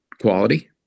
quality